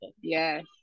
Yes